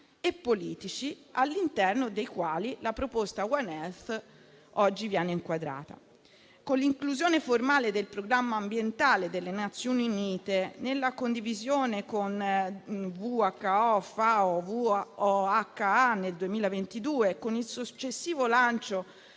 e politici all'interno dei quali la proposta *One Health* oggi viene inquadrata. Con l'inclusione formale del programma ambientale delle Nazioni Unite nella condivisione con World healt organization